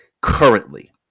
currently